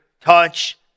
touch